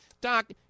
Doc